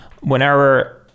whenever